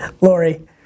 Lori